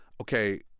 okay